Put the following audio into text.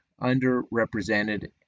underrepresented